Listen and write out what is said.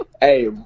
Hey